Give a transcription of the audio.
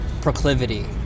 proclivity